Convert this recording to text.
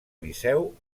liceu